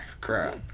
crap